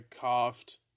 coughed